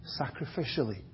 sacrificially